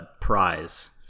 prize